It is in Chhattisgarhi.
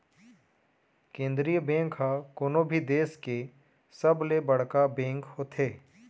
केंद्रीय बेंक ह कोनो भी देस के सबले बड़का बेंक होथे